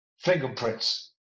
fingerprints